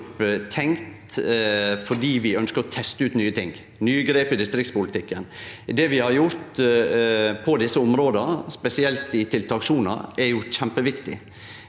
tek vi fordi vi ønskjer å teste ut nye ting, nye grep i distriktspolitikken. Det vi har gjort på desse områda, spesielt i tiltakssona, er kjempeviktig.